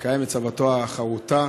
לקיים את צוואתו החרותה,